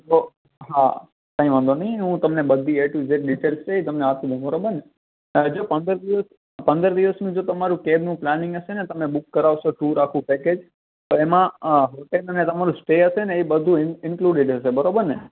હો હા કંઈ વાંધો નહીં હું તમને બધી એ ટુ ઝેડ ડિટેલ્સ છે એ તમને આપી દઉં બરોબરને સાહેબજી પંદર દિવસ પંદર દિવસનું જો તમારું કેબનું પ્લાનિંગ હશે ને તમે બૂક કરાવશો ટૂર આખું પૅકેજ તો એમાં અ હોટેલ અને તમારું સ્ટે હશે ને એ બધું ઇંલ ઇન્ક્લુંડેડ હશે બરોબર ને